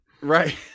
right